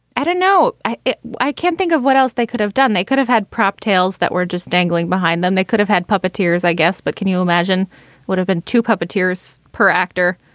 and no, i i can't think of what else they could have done, they could have had prop tails that were just dangling behind them, they could have had puppeteers, i guess, but can you imagine would have been two puppeteers per actor.